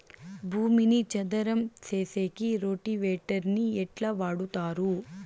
భూమిని చదరం సేసేకి రోటివేటర్ ని ఎట్లా వాడుతారు?